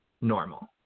normal